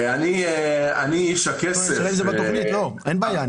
אני איש הכסף --- אין בעיה,